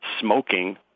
smoking